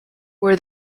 where